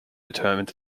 determined